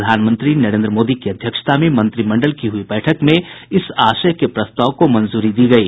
प्रधानमंत्री नरेन्द्र मोदी की अध्यक्षता में मंत्रिमंडल की हुई बैठक में इस आशय के प्रस्ताव को मंजूरी दी गयी